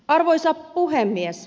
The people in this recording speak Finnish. arvoisa puhemies